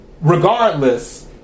Regardless